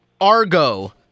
Argo